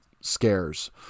scares